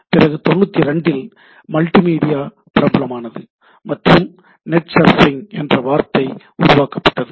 பிறகு 92 இல் மல்டிமீடியா பிரபலமானது மற்றும் net surfing "Surfing the net" என்ற வார்த்தை உருவாக்கப்பட்டது